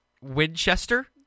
Winchester